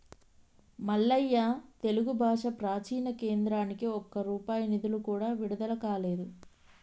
మల్లయ్య తెలుగు భాష ప్రాచీన కేంద్రానికి ఒక్క రూపాయి నిధులు కూడా విడుదల కాలేదు